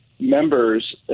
members